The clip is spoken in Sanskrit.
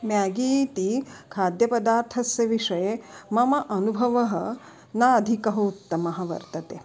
मेगी इति खाद्यपदार्थस्य विषये मम अनुभवः न अधिकः उत्तमः वर्तते